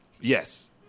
Yes